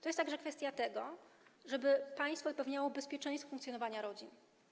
To jest także kwestia tego, żeby państwo zapewniało bezpieczeństwo funkcjonowania rodzin.